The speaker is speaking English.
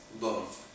love